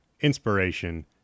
inspiration